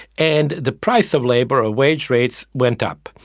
and the price of labour or wage rates went up.